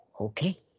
okay